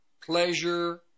pleasure